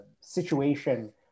situation